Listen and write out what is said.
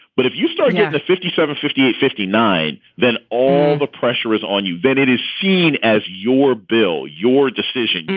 but if you start started yeah the fifty seven, fifty eight, fifty nine, then all the pressure is on you. then it is seen as your bill, your decision.